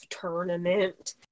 tournament